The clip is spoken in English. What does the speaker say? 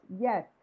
yes